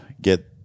get